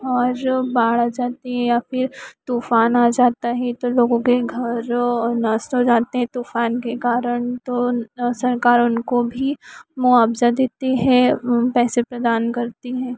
और जब बाढ़ आ जाती है या फिर तूफ़ान आ जाता है तो लोगों के घरों और नष्ट हो जाते हैं तूफ़ान के कारण तो सरकार उनको भी मुआवज़ा देती है पैसे प्रदान करती हैं